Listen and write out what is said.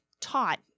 taught